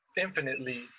infinitely